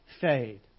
fade